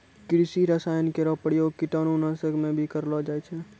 कृषि रसायन केरो प्रयोग कीटाणु नाशक म भी करलो जाय छै